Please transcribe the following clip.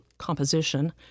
composition